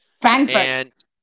Frankfurt